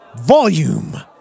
Volume